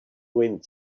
wind